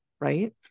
right